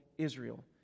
Israel